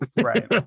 right